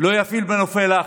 לא יפעיל מנופי לחץ.